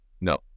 No